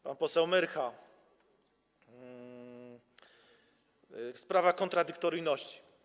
Pan poseł Myrcha - sprawa kontradyktoryjności.